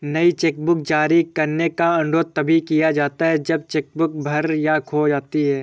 नई चेकबुक जारी करने का अनुरोध तभी किया जाता है जब चेक बुक भर या खो जाती है